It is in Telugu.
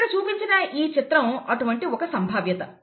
ఇక్కడ చూపించిన ఈ చిత్రం అటువంటి ఒక సంభావ్యత